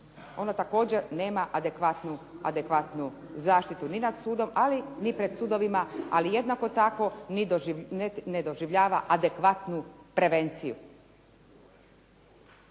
Ono također nema adekvatnu zaštitu ni nad sudom, ali ni pred sudovima, ali jednako tako ne doživljava adekvatnu prevenciju.